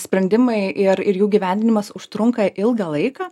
sprendimai ir ir jų gyvendinimas užtrunka ilgą laiką